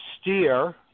steer